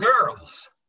girls